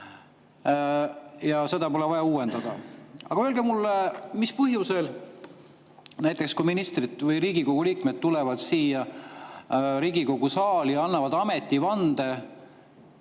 ja seda pole vaja uuendada. Aga öelge mulle: mis põhjusel, kui näiteks ministrid või Riigikogu liikmed tulevad siia Riigikogu saali ja annavad ametivande,